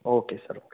okay sir